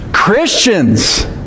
Christians